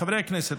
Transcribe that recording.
חברי הכנסת,